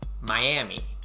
Miami